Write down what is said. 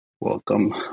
Welcome